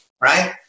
Right